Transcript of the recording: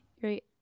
Great